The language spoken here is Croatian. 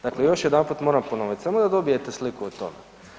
Dakle još jedanput moram ponoviti samo da dobijete sliku o tome.